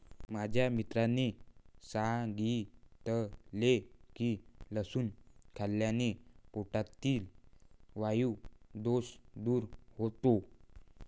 माझ्या मित्राने सांगितले की लसूण खाल्ल्याने पोटातील वायु दोष दूर होतो